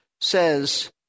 says